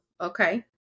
okay